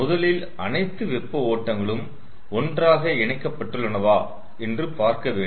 முதலில் அனைத்து வெப்ப ஓட்டங்களும் ஒன்றாக இணைக்கப்பட்டுள்ளவா என்று பார்க்க வேண்டும்